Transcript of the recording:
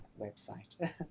website